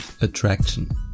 attraction